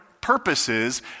purposes